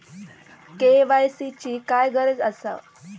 KYC ची काय गरज आसा?